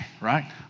right